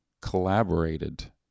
collaborated